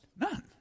none